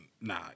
nah